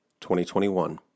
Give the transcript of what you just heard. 2021